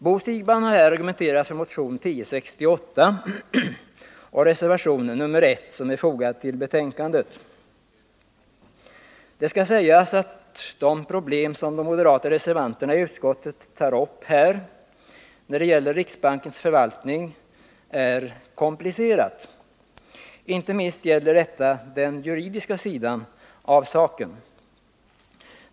Bo Siegbahn har här argumenterat för motion 1068 och reservation 1, som är fogad till betänkandet. Det problem som de moderata reservanterna i utskottet tar upp när det gäller riksbankens förvaltning är komplicerat. Inte minst gäller det den juridiska sidan av saken.